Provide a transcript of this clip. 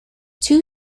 two